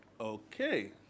Okay